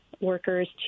workers